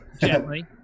gently